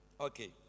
Okay